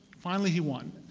finally he won.